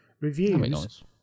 Reviews